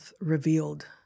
revealed